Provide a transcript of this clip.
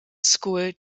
school